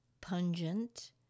pungent